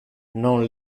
non